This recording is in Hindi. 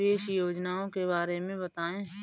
निवेश योजनाओं के बारे में बताएँ?